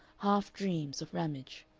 half dreams, of ramage.